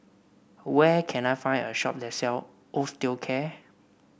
where can I find a shop that sells Osteocare